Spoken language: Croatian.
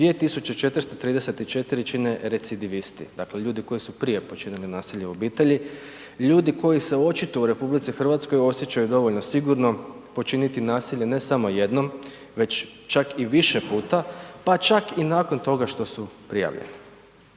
2434 čine recidivisti, dakle ljudi koji su prije počinili nasilje u obitelji, ljudi koji se očito u RH osjećaju dovoljno sigurnom počiniti nasilje ne samo jednom već čak i više puta pa čak i nakon toga što su prijavljeni.